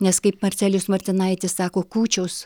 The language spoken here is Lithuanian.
nes kaip marcelijus martinaitis sako kūčios